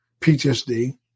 PTSD